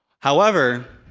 however,